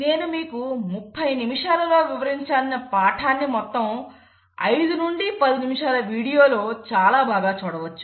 నేను మీకు 30 నిమిషాలలో వివరించిన పాఠాన్ని మొత్తం ఐదు నుండి పదినిమిషాల వీడియో లో చాలా బాగా చూడవచ్చు